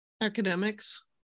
Academics